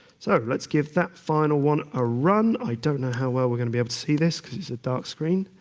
so let's give that final one a run. i don't know how well we're going to be able to see this because it's a dark screen.